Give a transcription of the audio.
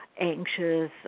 anxious